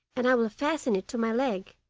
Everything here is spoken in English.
and i will fasten it to my leg.